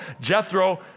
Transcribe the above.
Jethro